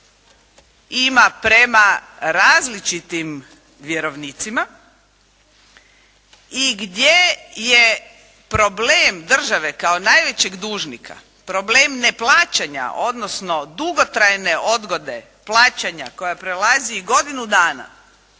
ima prema različitim vjerovnicima i gdje je problem države, kao najvećeg dužnika, problem neplaćanja, odnosno dugotrajne odgode plaćanja koja prelazi i godinu dana,